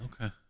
Okay